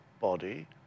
body